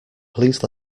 please